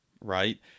right